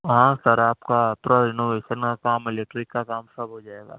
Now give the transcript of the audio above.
ہاں سر آپ کا پورا رینوویشن کا الیکٹرک کا کام سب ہو جائے گا